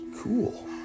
Cool